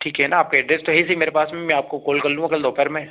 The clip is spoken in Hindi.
ठीक है ना आपका एड्रेस तो है ही सही मेरे पास में मैं आपको कोल कर लूँगा कल दोपहर में